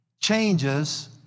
changes